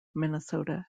minnesota